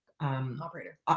operator